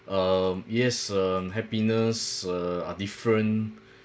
um yes uh happiness uh are different